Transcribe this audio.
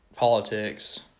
Politics